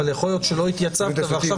אבל יכול להיות שלא התייצבת ועכשיו